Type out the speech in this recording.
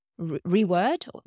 reword